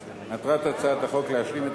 החוקה,